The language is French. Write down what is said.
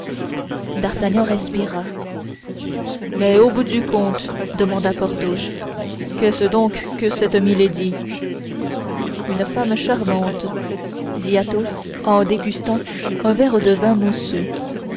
d'artagnan respira mais au bout du compte demanda porthos qu'est-ce donc que cette milady une femme charmante dit athos en dégustant un verre de vin mousseux